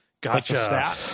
Gotcha